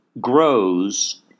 grows